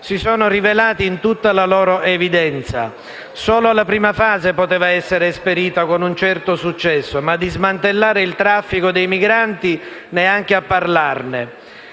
si sono rivelati in tutta la loro evidenza. Solo la prima fase poteva essere esperita con un certo successo, ma di smantellare il traffico dei migranti neanche a parlarne.